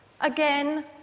Again